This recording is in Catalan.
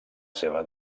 seva